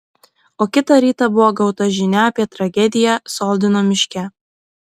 o kitą rytą buvo gauta žinia apie tragediją soldino miške